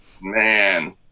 man